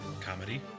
comedy